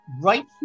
right